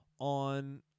on